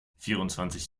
vierundzwanzig